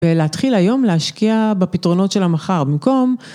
ולהתחיל היום להשקיע בפתרונות של המחר, במקום...